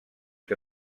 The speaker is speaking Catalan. que